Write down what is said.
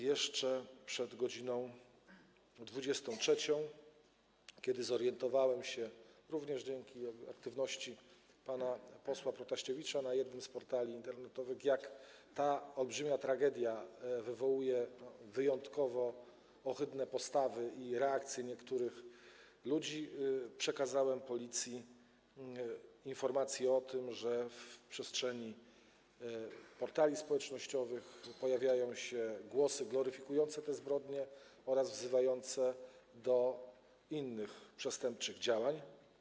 Jeszcze przed godz. 23, kiedy zorientowałem się, również dzięki aktywności pana posła Protasiewicza na jednym z portali internetowych, że ta olbrzymia tragedia wywołuje wyjątkowo ohydne postawy i reakcje niektórych ludzi, przekazałem Policji informację o tym, że w przestrzeni portali społecznościowych pojawiają się głosy gloryfikujące tę zbrodnię oraz wzywające do innych przestępczych działań.